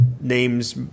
names –